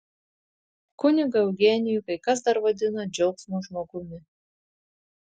kunigą eugenijų kai kas dar vadino džiaugsmo žmogumi